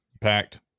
packed